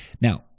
Now